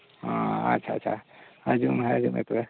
ᱚᱻ ᱟᱪᱷᱟ ᱟᱪᱷᱟ ᱦᱤᱡᱩᱜ ᱢᱮ ᱦᱤᱡᱩᱜ ᱢᱮ ᱛᱚᱵᱮ